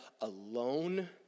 alone